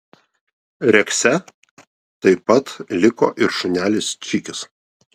rekse taip pat liko ir šunelis čikis